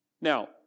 Now